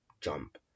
jump